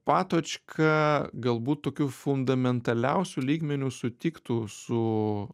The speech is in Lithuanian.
patočka galbūt tokiu fundamentaliausiu lygmeniu sutiktų su